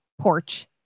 porch